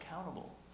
accountable